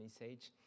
message